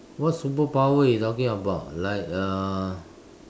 what superpower you talking about like uh